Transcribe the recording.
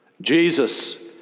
Jesus